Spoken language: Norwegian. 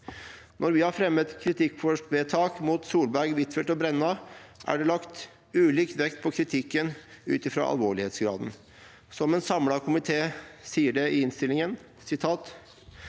Når vi har fremmet kritikkvedtak mot Solberg, Huitfeldt og Brenna, er det lagt ulik vekt på kritikken ut fra alvorlighetsgraden. Som en samlet komité sier det i innstillingen: